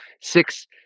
six